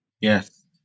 yes